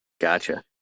Gotcha